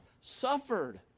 suffered